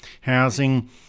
housing